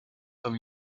comme